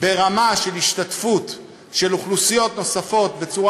ברמה של השתתפות של אוכלוסיות נוספות בצורה